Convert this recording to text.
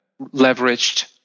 leveraged